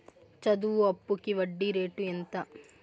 చదువు అప్పుకి వడ్డీ రేటు ఎంత?